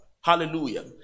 Hallelujah